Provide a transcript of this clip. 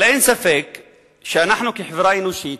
אבל אין ספק שאנחנו, כחברה אנושית,